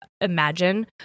imagine